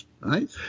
right